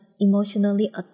emotionally